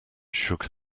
shook